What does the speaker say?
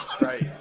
Right